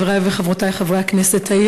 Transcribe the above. חברי וחברותי חברי הכנסת,